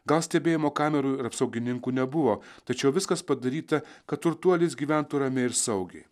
gal stebėjimo kamerų ir apsaugininkų nebuvo tačiau viskas padaryta kad turtuolis gyventų ramiai ir saugiai